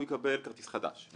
הוא יקבל כרטיס חדש,